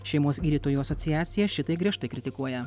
šeimos gydytojų asociacija šitai griežtai kritikuoja